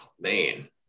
Man